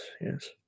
yes